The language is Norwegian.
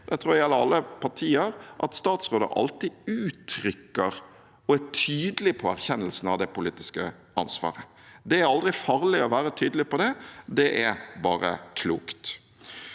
Sikkerhetsmyndighet (NSM) der alltid uttrykker og er tydelig på erkjennelsen av det politiske ansvaret. Det er aldri farlig å være tydelig på det, det er bare klokt.